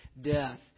death